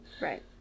Right